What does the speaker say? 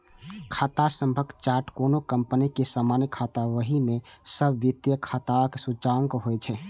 खाता सभक चार्ट कोनो कंपनी के सामान्य खाता बही मे सब वित्तीय खाताक सूचकांक होइ छै